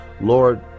Lord